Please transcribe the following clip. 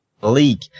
league